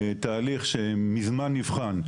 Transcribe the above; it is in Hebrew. זהו תהליך שמזמן נבחן.